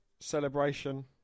celebration